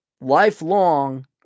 lifelong